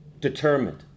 determined